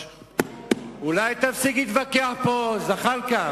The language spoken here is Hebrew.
אני מציע לכולם ללכת ללמוד את ההיסטוריה של דמוקרטיה מתגוננת,